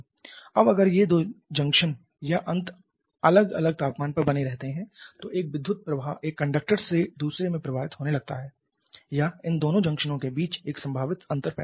अब अगर ये दो जंक्शन या अंत अलग अलग तापमान पर बने रहते हैं तो एक विद्युत प्रवाह एक कंडक्टर से दूसरे में प्रवाहित होने लगता है या इन दोनों जंक्शनों के बीच एक संभावित अंतर पैदा हो जाता है